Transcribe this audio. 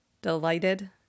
delighted